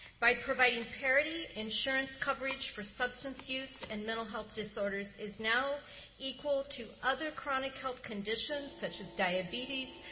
by providing parity insurance coverage for substance use and mental health disorders is now equal to other chronic health conditions such as diabetes,